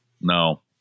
No